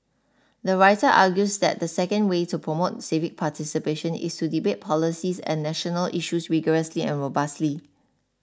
the writer argues that the second way to promote civic participation is to debate policies and national issues rigorously and robustly